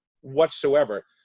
whatsoever